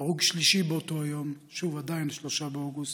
הרוג שלישי באותו יום, עדיין 3 באוגוסט,